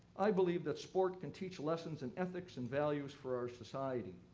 i believe that sport can teach lessons in ethics and values for our society.